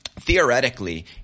theoretically